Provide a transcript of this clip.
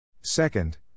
Second